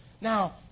Now